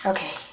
Okay